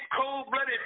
cold-blooded